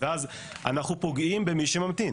ואז אנחנו פוגעים במי שממתין.